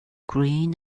green